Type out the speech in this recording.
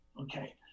okay